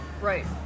right